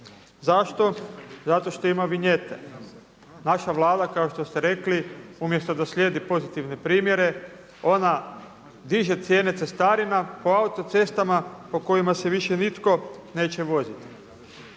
Zašto? Zato što ima vinjete. Naša Vlada kao što ste rekli umjesto da slijedi pozitivne primjere, ona diže cijene cestarina po autocestama po kojima se više nitko neće voziti.